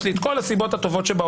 יש לי את כל סיבות הטובות שבעולם.